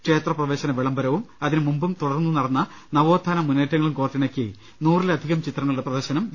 ക്ഷേത്രപ്രവേശന വിളംബരവും അതിന് മുമ്പും തുടർന്നും നടന്ന നവോത്ഥാന മുന്നേറ്റങ്ങളും കോർത്തിണക്കി നൂറിലധികം ചിത്രങ്ങ ളുടെ പ്രദർശനം വി